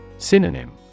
Synonym